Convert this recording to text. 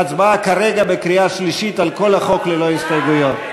ההצבעה כרגע בקריאה שלישית על כל החוק ללא הסתייגויות.